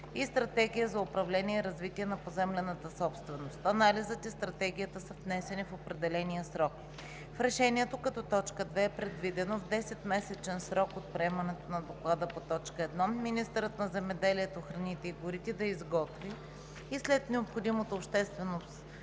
и стратегия за управление и развитие на поземлената собственост. Анализът и стратегията са внесени в определения срок. В решението като т. 2 е предвидено в 10-месечен срок от приемането на Доклада по т. 1, министърът на земеделието, храните и горите да изготви и след необходимото обществено